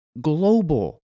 global